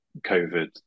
COVID